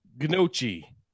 Gnocchi